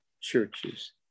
churches